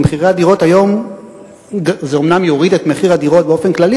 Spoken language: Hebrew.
במחירי הדירות היום זה אומנם יוריד את מחיר הדירות באופן כללי,